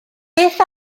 beth